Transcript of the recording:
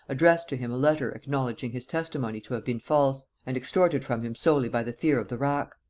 addressed to him a letter acknowledging his testimony to have been false, and extorted from him solely by the fear of the rack.